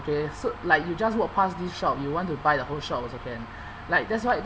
okay so like you just walk past this shop you want to buy the whole shop also can like that's why